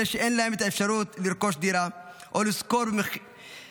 אלה שאין להם האפשרות לרכוש דירה או לשכור בית